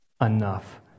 enough